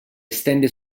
estende